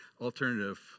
alternative